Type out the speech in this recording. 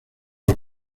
los